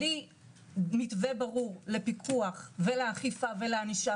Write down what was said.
בלי מתווה ברור לפיקוח ולאכיפה ולענישה,